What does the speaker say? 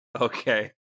Okay